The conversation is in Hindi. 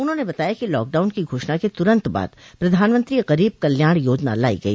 उन्होंने बताया कि लॉकडाउन की घोषणा के तुरन्त बाद प्रधानमंत्री गरीब कल्याण योजना लाई गई